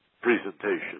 presentation